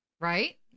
Right